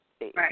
Right